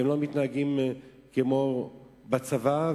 הם לא מתנהגים כמו צבא,